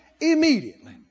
immediately